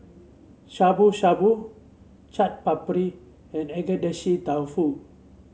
Shabu Shabu Chaat Papri and Agedashi Dofu